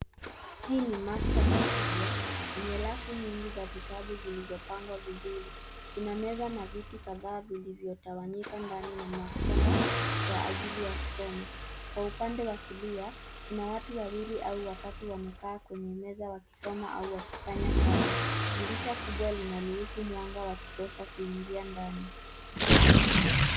Hii ni maktaba kubwa yenye rafu nyingi za vitabu zilizopangwa vizuri. Kuna meza na viti kadhaa vilivyotawanyika ndani na maktaba kwa ajili ya kusoma. Kwa upande wa kulia kuna watu wawili au watatu wamekaa kwenye meza wakisoma au wakifanya kazi. Dirisha kubwa linaruhusu mwanga wa kutosha kuingia ndani.